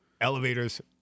elevators